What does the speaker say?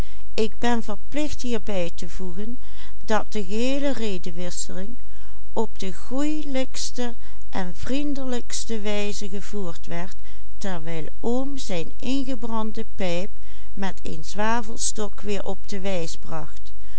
op de goelijkste en vriendelijkste wijze gevoerd werd terwijl oom zijn ingebrande pijp met een zwavelstok weer op de wijs bracht